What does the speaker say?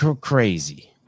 crazy